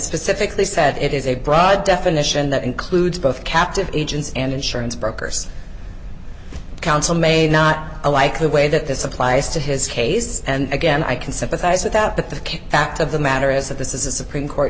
specifically said it is a broad definition that includes both captive agents and insurance brokers counsel may not like the way that this applies to his case and again i can sympathize with that but the fact of the matter is that this is a supreme court